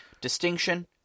Distinction